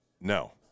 No